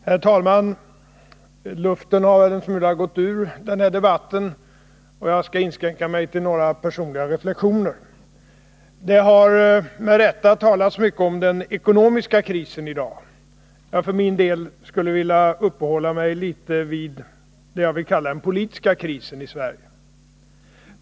Herr talman! Luften har en smula gått ur den här debatten, och jag skall inskränka mig till några personliga reflexioner. Det har med rätta talats mycket om den ekonomiska krisen i dag. Jag för min del skulle vilja uppehålla mig litet vid det jag vill kalla den politiska krisen i Sverige.